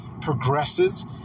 progresses